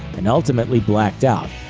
and ultimately blacked out.